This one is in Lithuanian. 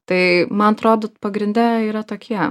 tai man atrodo pagrinde yra tokia